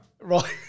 Right